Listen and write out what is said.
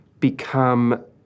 become